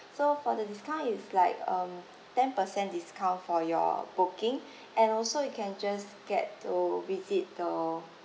so for the discount is like um ten percent discount for your booking and also you can just get to visit the